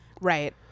Right